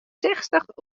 sechstich